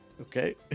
Okay